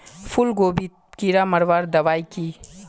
फूलगोभीत कीड़ा मारवार दबाई की?